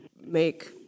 make